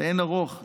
לאין ערוך,